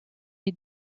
est